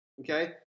Okay